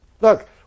Look